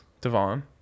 Devon